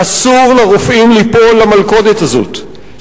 ואסור לרופאים ליפול למלכודת הזאת.